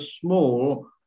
small